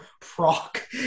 proc